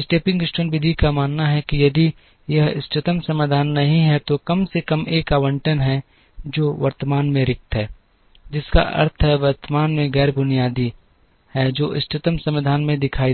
stepping stone विधि का मानना है कि यदि यह इष्टतम समाधान नहीं है तो कम से कम 1 आवंटन है जो वर्तमान में रिक्त है जिसका अर्थ है वर्तमान में गैर बुनियादी है जो इष्टतम समाधान में दिखाई देगा